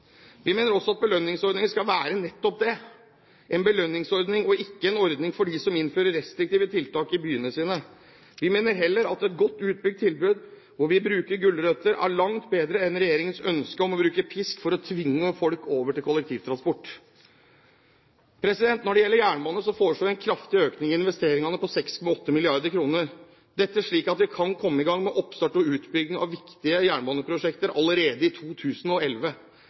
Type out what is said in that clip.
Vi mener også at belønningsordningen skal være nettopp det: en belønningsordning og ikke en ordning for dem som innfører restriktive tiltak i byen sin. Vi mener heller at et godt utbygd tilbud hvor vi bruker gulrøtter, er langt bedre enn regjeringens ønske om å bruke pisk for å tvinge folk over på kollektivtransport. Når det gjelder jernbane, foreslår vi en kraftig økning i investeringene, på 6,8 mrd. kr, slik at vi kan komme i gang med oppstart og utbygging av viktige jernbaneprosjekter allerede i 2011,